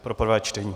Pro prvé čtení.